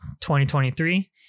2023